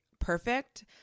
perfect